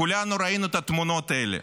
כולנו ראינו את התמונות האלה